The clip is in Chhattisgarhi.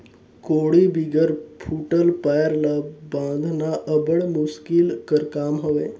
कोड़ी बिगर फूटल पाएर ल बाधना अब्बड़ मुसकिल कर काम हवे